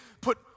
put